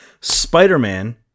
Spider-Man